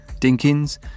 Dinkins